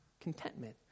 contentment